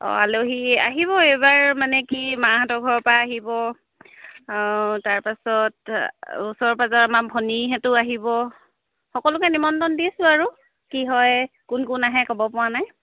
অঁ আলহী আহিব এইবাৰ মানে কি মাহঁতৰ ঘৰৰ পৰা আহিব তাৰপাছত ওচৰ পাজৰ আমাৰ ভনীহঁতো আহিব সকলোকে নিমন্ত্ৰণ দিছোঁ আৰু কি হয় কোন কোন আহে ক'ব পৰা নাই